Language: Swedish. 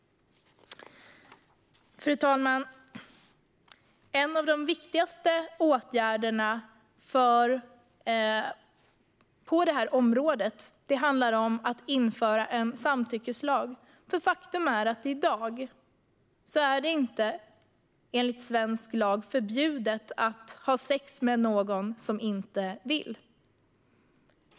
Fru talman! En av de viktigaste åtgärderna på detta område är att införa en samtyckeslag. Faktum är att det i dag inte är förbjudet enligt svensk lag att ha sex med någon som inte vill.